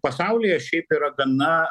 pasaulyje šiaip yra gana